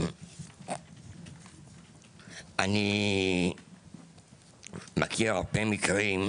אני מכיר הרבה מקרים,